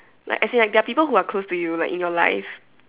like as in like there are people who are close to you like you know life